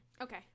okay